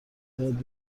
شاید